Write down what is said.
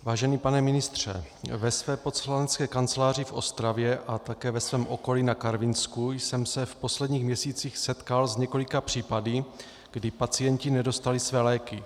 Vážený pane ministře, ve své poslanecké kanceláři v Ostravě a také ve svém okolí na Karvinsku jsem se v posledních měsících setkal s několika případy, kdy pacienti nedostali své léky.